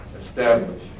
establish